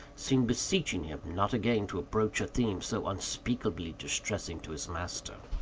seemed beseeching him not again to broach a theme so unspeakably distressing to his master.